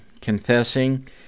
confessing